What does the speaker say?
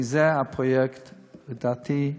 כי זה הפרויקט לדעתי,